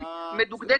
מדוקדקת,